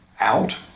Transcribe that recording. out